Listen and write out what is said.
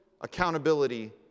accountability